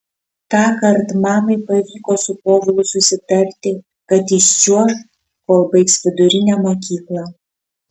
tąkart mamai pavyko su povilu susitarti kad jis čiuoš kol baigs vidurinę mokyklą